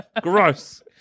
Gross